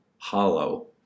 hollow